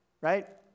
Right